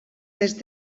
més